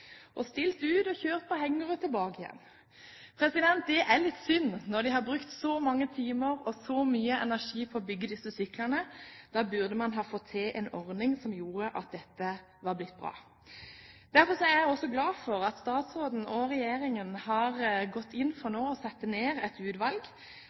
treffene, stilt ut, og deretter kjørt på hengere tilbake igjen. Det er litt synd, når man har brukt så mange timer og så mye energi på å bygge disse syklene. Da burde man få til en ordning som gjør at dette blir bra. Derfor er jeg glad for at statsråden og regjeringen nå har gått inn for